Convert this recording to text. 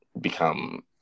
become